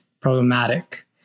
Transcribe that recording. problematic